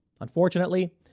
Unfortunately